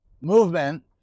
movement